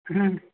हाँ